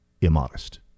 immodest